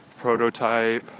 prototype